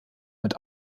mit